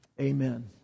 Amen